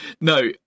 No